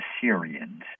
Syrians